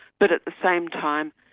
but at the same time,